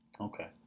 Okay